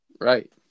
Right